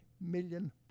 million